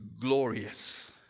glorious